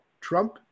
Trump